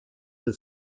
del